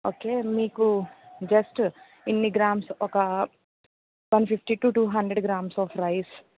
okay మీకు just ఇన్ని grams ఒక one fifty to two hundred grams of rice